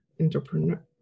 entrepreneur